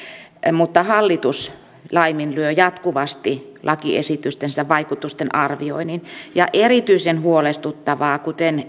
mutta hallitus laiminlyö jatkuvasti lakiesitystensä vaikutusten arvioinnin erityisen huolestuttavaa kuten